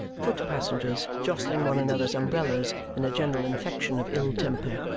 foot passengers, jostling one another's umbrellas in a general infection of ill temper,